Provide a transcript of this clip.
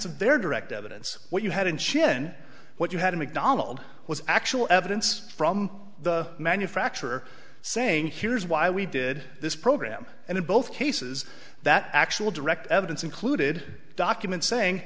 of their direct evidence what you had in chin what you had to macdonald was actual evidence from the manufacturer saying here's why we did this program and in both cases that actual direct evidence included documents saying